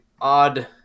odd